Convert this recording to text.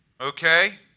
Okay